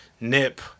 Nip